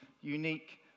unique